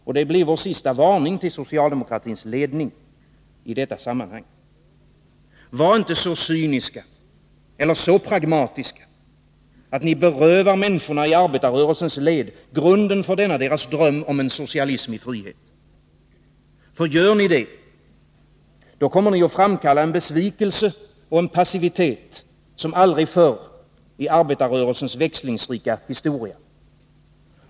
Och det blir vår sista varning till socialdemokratins ledning i detta sammanhang: Var inte så cyniska eller så pragmatiska, att ni berövar människorna i arbetarrörelsens led grunden för denna deras dröm om en socialism i frihet, för gör ni det kommer ni att framkalla en besvikelse och en passivitet som aldrig förr i arbetarrörelsens växlingsrika historia.